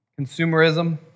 Consumerism